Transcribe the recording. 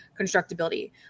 constructability